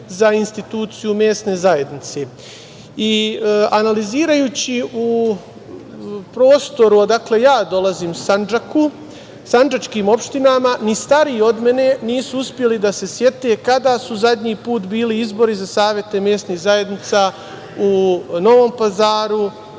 za instituciju mesne zajednice. Analizirajući prostor odakle ja dolazim, u Sandžaku, u sandžačkim opštinama, ni stariji od mene nisu uspeli da se sete kada su zadnji put bili izbori za savete mesnih zajednica u Novom Pazaru